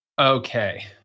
Okay